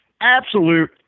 Absolute